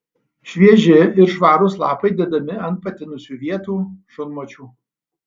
švieži ir švarūs lapai dedami ant patinusių vietų šunvočių